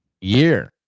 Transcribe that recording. year